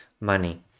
money